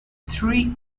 three